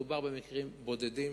מדובר במקרים בודדים.